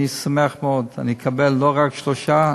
אני אשמח מאוד אם אני אקבל לא רק 3,